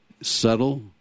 subtle